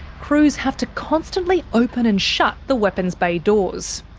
crews have to constantly open and shut the weapons bay doors.